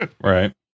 Right